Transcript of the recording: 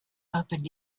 opened